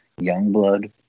Youngblood